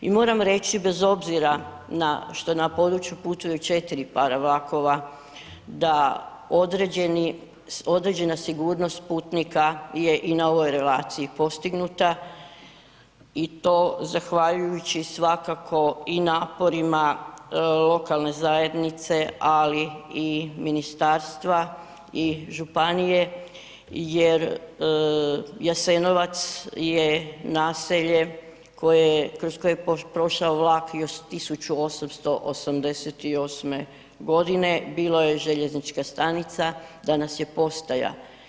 I moram reći bez obzira na, što je na području putuju 4 para vlakova da određeni, određena sigurnost putnika je i na ovoj relaciji postignuta i to zahvaljujući svakako i naporima lokalne zajednice, ali i ministarstva i županije jer Jasenovac je naselje koje je, kroz koje je prošao vlak još 1888.g., bilo je željeznička stanica, danas je postaja.